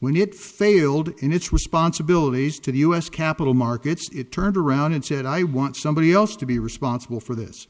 when it failed in its responsibilities to the u s capital markets it turned around and said i want somebody else to be responsible for